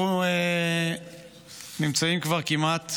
אנחנו נמצאים כבר כמעט